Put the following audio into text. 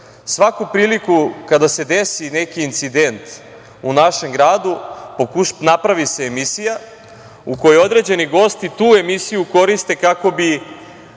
svaku priliku kada se desi neki incident u našem gradu, napravi se emisija u kojoj određeni gosti tu emisiju koriste kako bi